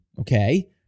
okay